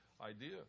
idea